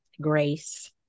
grace